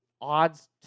Odds